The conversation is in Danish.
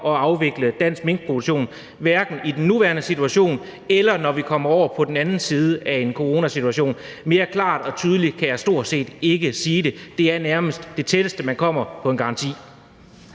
at afvikle dansk minkproduktion, hverken i den nuværende situation, eller når vi kommer over på den anden side af en coronasituation. Mere klart og tydeligt kan jeg stort set ikke sige det. Det er nærmest det tætteste, man kommer på en garanti.